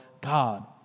God